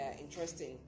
interesting